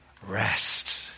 Rest